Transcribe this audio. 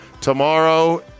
Tomorrow